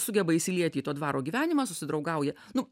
sugeba įsilieti į to dvaro gyvenimą susidraugauja nu